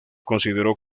consideró